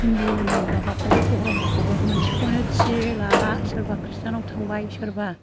हिन्दुनि माबाखौबो धोरोमखौबो मोनसेखौनो थि लाला सोरबा खृष्टानआव थांबाय सोरबा